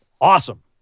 Awesome